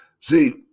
See